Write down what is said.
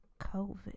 COVID